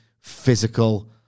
physical